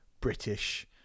British